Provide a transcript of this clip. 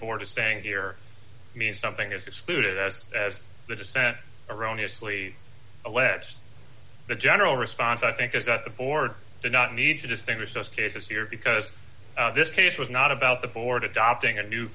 board is saying here means something is excluded as the dissent erroneous lee alleged the general response i think is that the board did not need to distinguish those cases here because this case was not about the board adopting a new